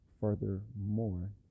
furthermore